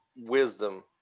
wisdom